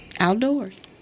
Outdoors